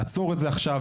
לעצור את זה עכשיו.